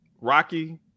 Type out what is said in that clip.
Rocky